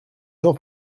jean